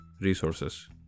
resources